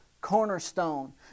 cornerstone